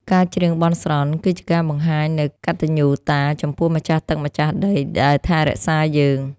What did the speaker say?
ការច្រៀងបន់ស្រន់ គឺជាការបង្ហាញនូវកតញ្ញូតាចំពោះម្ចាស់ទឹកម្ចាស់ដីដែលថែរក្សាយើង។